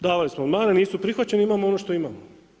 Davali smo amandmane, nisu prihvaćeni, imamo ono što imamo.